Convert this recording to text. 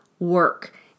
work